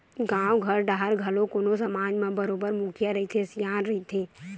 गाँव घर डाहर घलो कोनो समाज म बरोबर मुखिया रहिथे, सियान रहिथे